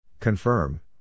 Confirm